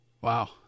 Wow